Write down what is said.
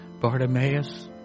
Bartimaeus